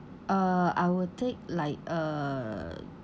uh I will take like uh